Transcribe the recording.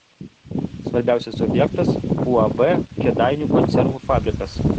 svarbiausias objektas uab kėdainių konservų fabrikas